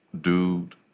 dude